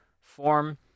form